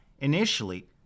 initially